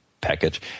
package